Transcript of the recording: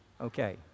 Okay